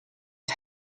get